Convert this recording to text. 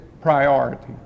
priority